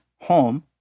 home